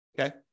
Okay